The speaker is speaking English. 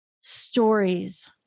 stories